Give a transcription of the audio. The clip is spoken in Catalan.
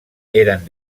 eren